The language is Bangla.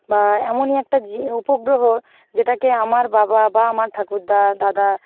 বা এমনই একটা যে উপগ্রহ যেটাকে আমার বাবা বা আমার ঠাকুরদা দাদা